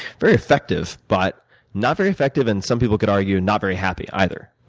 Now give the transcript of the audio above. very effective, but not very effective, and some people could argue, and not very happy, either.